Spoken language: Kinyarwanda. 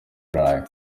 burayi